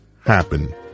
happen